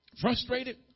Frustrated